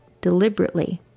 deliberately